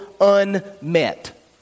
unmet